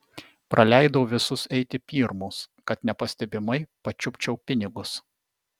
praleidau visus eiti pirmus kad nepastebimai pačiupčiau pinigus